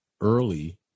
early